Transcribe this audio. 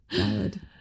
Valid